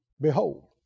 behold